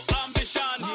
ambition